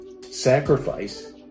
sacrifice